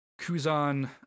Kuzan